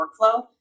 workflow